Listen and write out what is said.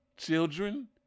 Children